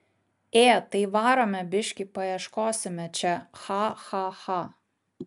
ė tai varome biškį paieškosime čia cha cha cha